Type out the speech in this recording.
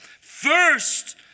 first